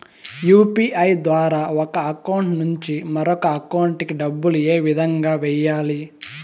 UPI ద్వారా ఒక account నుంచి మరొక అకౌంట్ కి డబ్బులు ఏ విధంగా వెయ్యాలి